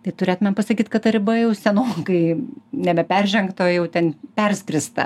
tai turėtumėm pasakyt kad ta riba jau senokai nebeperžengta o jau ten perskrista